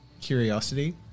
curiosity